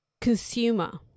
consumer